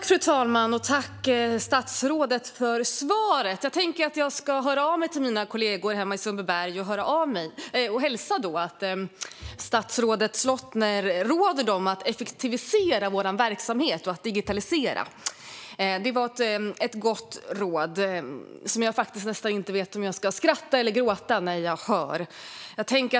Fru talman! Tack, statsrådet, för svaret! Jag tänker att jag ska höra av mig till mina kollegor i Sundbyberg och hälsa att statsrådet Slottner råder dem att effektivisera och digitalisera verksamheten. Det är ett gott råd. Jag vet faktiskt nästan inte om jag ska skratta eller gråta när jag hör det.